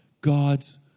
God's